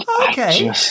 Okay